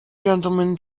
gentlemen